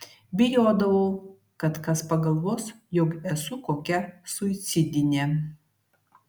bijodavau kad kas pagalvos jog esu kokia suicidinė